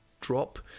drop